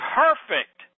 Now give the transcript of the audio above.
perfect